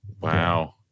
Wow